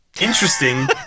interesting